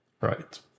Right